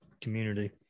community